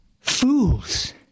Fools